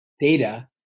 data